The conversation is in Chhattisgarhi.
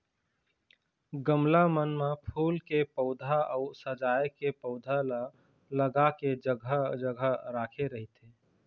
गमला मन म फूल के पउधा अउ सजाय के पउधा ल लगा के जघा जघा राखे रहिथे